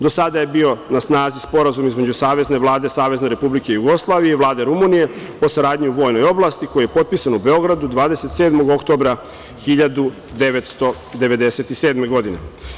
Do sada je bio na snazi Sporazum između Savezne Vlade Savezne Republike Jugoslavije i Vlade Rumunije o saradnji u vojnoj oblasti koji je potpisan u Beogradu 27. oktobra 1997. godine.